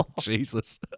Jesus